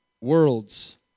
worlds